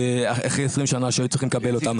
אחרי 20 שנה שהיו צריכים לקבל אותם.